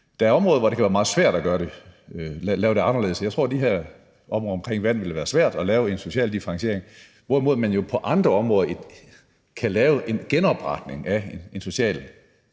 Der er områder, hvor det kan være meget svært at gøre det, lave det anderledes. Jeg tror, at det på det her område i forhold til vand ville være svært at lave en social differentiering, hvorimod man jo på andre områder kan lave en genopretning af en socialt